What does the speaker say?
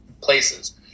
places